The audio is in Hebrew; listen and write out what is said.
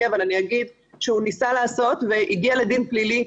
,אבל אני אגיד שהוא ניסה לעשות והגיע לדין פלילי.